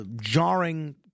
jarring